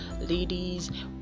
ladies